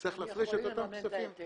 צריך להפריש את אותם כספים.